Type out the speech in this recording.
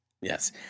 Yes